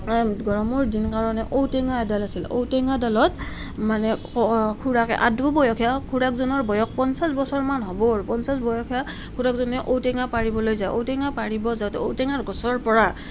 গৰমৰ দিন কাৰণে ঔটেঙা এডাল আছিল ঔটেঙাডালত মানে খুড়াকে আদ বয়সীয়া খুড়াকজনৰ বয়স পঞ্চাছ বছৰমান হ'ব আৰু পঞ্চাছ বয়সীয়া খুড়াকজনে ঔটেঙা পাৰিবলৈ যায় ঔটেঙা পাৰিব যাওঁতে ঔটেঙাৰ গছৰ পৰা